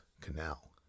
canal